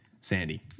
Sandy